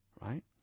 Right